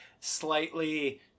slightly